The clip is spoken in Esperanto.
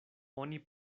oni